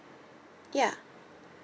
ya